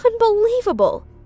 Unbelievable